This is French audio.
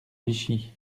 vichy